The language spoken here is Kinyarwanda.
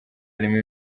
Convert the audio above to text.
harimo